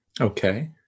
Okay